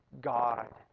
God